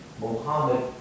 Muhammad